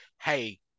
hey